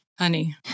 Honey